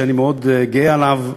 מעשה שאני מאוד גאה עליו,